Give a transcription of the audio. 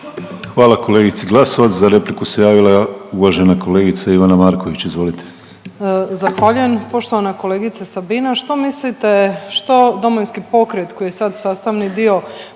Hvala kolegici Glasovac. Za repliku se javila uvažena kolegica Ivana Marković. Izvolite. **Marković, Ivana (SDP)** Zahvaljujem. Poštovana kolegice Sabina što mislite što DP koji je sad sastavni dio